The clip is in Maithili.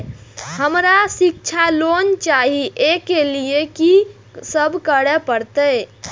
हमरा शिक्षा लोन चाही ऐ के लिए की सब करे परतै?